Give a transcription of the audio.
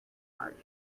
heart